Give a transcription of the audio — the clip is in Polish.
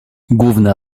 główna